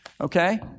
okay